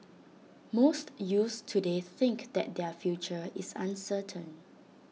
most youths today think that their future is uncertain